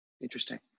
Interesting